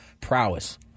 prowess